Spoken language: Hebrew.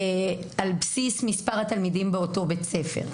על בסיס מספר התלמידים באותו בית הספר.